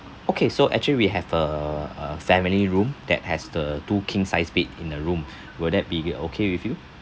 okay so actually we have a uh family room that has the two king size bed in a room will that be okay with you